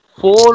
four